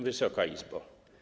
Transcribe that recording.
Wysoka Izbo!